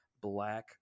Black